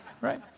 right